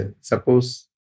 Suppose